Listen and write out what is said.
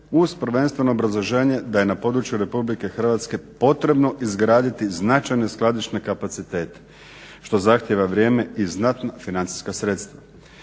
uz prvenstveno obrazloženje da je na području RH potrebno izgraditi značajne skladišne kapacitete što zahtjeva vrijeme i znatna financijska sredstva.